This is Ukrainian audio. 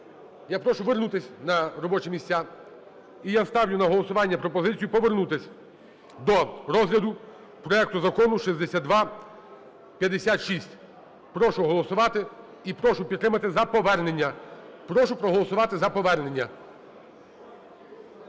я прошу вернутись на робочі місця. І я ставлю на голосування пропозицію повернутись до розгляду проекту закону 6256. Прошу голосувати і прошу підтримати за повернення. Прошу проголосувати за повернення.